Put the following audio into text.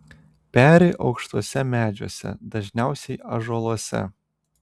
peri aukštuose medžiuose dažniausiai ąžuoluose